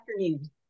afternoon